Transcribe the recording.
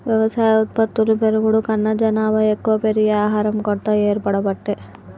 వ్యవసాయ ఉత్పత్తులు పెరుగుడు కన్నా జనాభా ఎక్కువ పెరిగి ఆహారం కొరత ఏర్పడబట్టే